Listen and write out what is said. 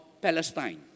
Palestine